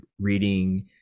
reading